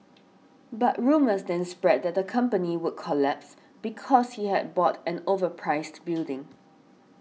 but rumours then spread that the company would collapse because he had bought an overpriced building